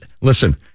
listen